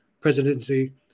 presidency